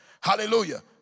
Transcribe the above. Hallelujah